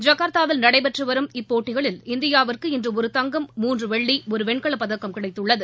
ஜகர்த்தாவில் நடைபெற்று வரும் இப்போட்டிகளில் இந்தியாவுக்கு இன்று ஒரு தங்கம் மூன்று வெள்ளி ஒரு வெண்கலப்பதக்கம் கிடைத்துள்ளது